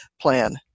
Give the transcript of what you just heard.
Plan